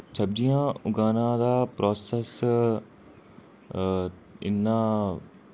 सब्जियां उगाने दा प्रोसैस इन्ना